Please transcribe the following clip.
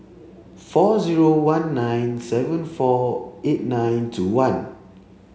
four zero one nine seven four eight nine two one